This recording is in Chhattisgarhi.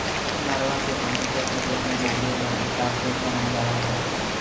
नरूवा के पानी ल सिचई म बउरे बर स्टॉप डेम बनाए जावत हवय